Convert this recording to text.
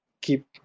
keep